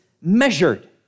measured